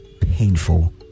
painful